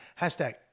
Hashtag